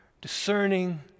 discerning